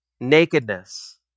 nakedness